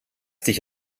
dich